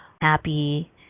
happy